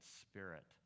spirit